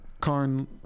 Karn